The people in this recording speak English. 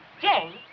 Jane